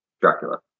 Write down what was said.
Dracula